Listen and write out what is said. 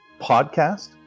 podcast